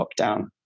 lockdown